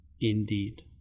indeed